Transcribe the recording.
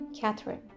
Catherine